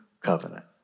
covenant